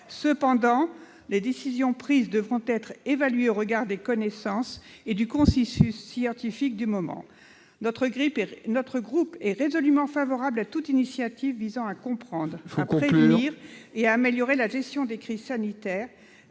Cependant, les décisions prises devront être évaluées au regard des connaissances et du consensus scientifique du moment. Veuillez conclure, ma chère collègue. Aussi, notre groupe est résolument favorable à toute initiative visant à comprendre, à prévenir et à améliorer la gestion des crises sanitaires,